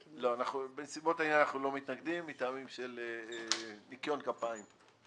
בנסיבות העניין אנחנו לא מתנגדים מטעמים של ניקיון כפיים.